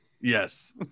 Yes